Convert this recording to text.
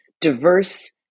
diverse